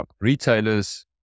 retailers